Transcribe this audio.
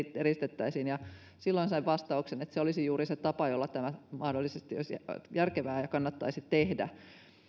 eristettäisiin ja silloin sain vastauksen että se olisi juuri se tapa jolla tämä mahdollisesti olisi järkevää ja kannattaisi tehdä